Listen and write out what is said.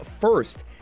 first